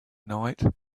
night